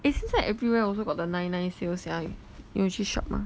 eh 现在 everywhere also got the nine nine sales sia 你有去 shop mah